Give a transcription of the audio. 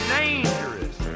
dangerous